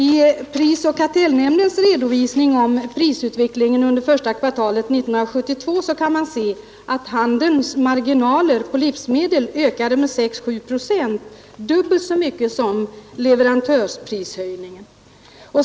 I prisoch kartellnämndens redovisning om prisutvecklingen under första kvartalet 1972 kan man se att handelns marginaler på livsmedel ökade med 6 å 7 procent, dubbelt så mycket som leverantörsprishöjningen.